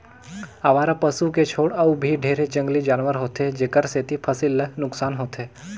अवारा पसू के छोड़ अउ भी ढेरे जंगली जानवर होथे जेखर सेंथी फसिल ल नुकसान होथे